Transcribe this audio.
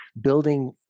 building